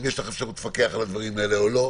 אם יש לך אפשרות לפקח על הדברים או לא.